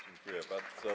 Dziękuję bardzo.